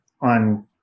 on